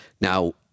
Now